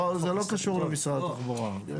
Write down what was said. זה לא קשור למשרד התחבורה.